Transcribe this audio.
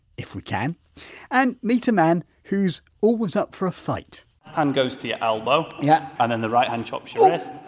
if we can and meet a man whose always up for a fight i'm going to your elbow yeah and then the right hand chops your wrist,